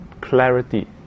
clarity